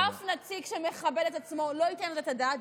אף נציג שמכבד את עצמו לא ייתן על זה את הדעת.